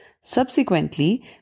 Subsequently